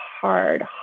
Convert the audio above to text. hard